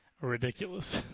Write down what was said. ridiculous